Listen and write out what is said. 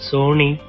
Sony